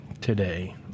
today